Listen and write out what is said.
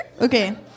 Okay